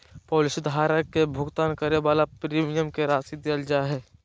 policy धारक के भुगतान करे वाला प्रीमियम के राशि देल जा हइ